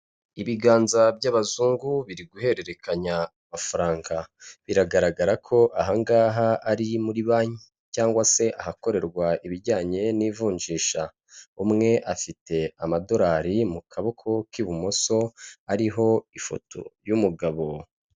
Ibiganza by'abazungu biri guhererekanya amafaranga, biragaragara ko aha ngaha ari muri banki cyangwa se ahakorerwa ibijyanye n'ivunjisha, umwe afite amadolari mu kaboko k'ibumoso ariho ifoto y'umugabo,